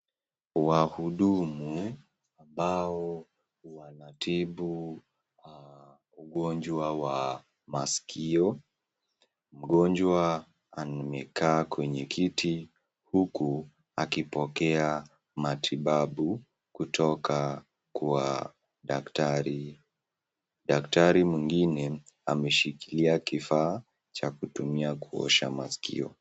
Wahudumu ambao wanatibu ugonjwa wa masikio. Mgonjwa amekaa kwenye kiti huku akipokea matibabu kutoka kwa daktari. Daktari mwingine ameshikilia kifaa cha kutumia kuosha maskio.